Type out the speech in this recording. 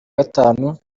gatanu